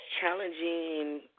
challenging